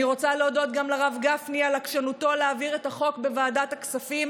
אני רוצה להודות גם לרב גפני על עקשנותו להעביר את החוק בוועדת הכספים